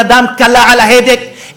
ידם קלה על ההדק,